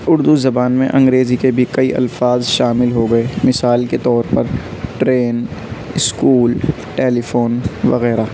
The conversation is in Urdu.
اردو زبان میں انگریزی کے بھی کئی الفاظ شامل ہو گئے مثال کے طور پر ٹرین اسکول ٹیلیفون وغیرہ